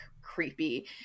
creepy